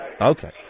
Okay